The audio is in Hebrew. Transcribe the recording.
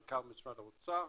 מנכ"ל משרד האוצר,